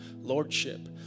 lordship